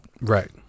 right